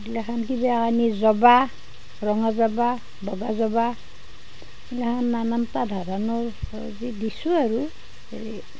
এইগিলাখন কিবাখেনি জবা ৰঙা জবা বগা জবা এইগিলাখন নানানটা ধৰণৰ দিছোঁ আৰু